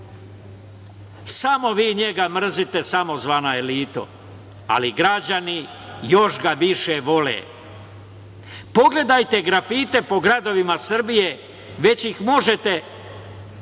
Samo vi njega mrzite, samozvana elito, ali građani još ga više vole. Pogledajte grafite po gradovima Srbije. Već ih možete